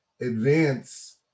advance